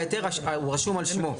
ההיתר הוא רשום על שמו.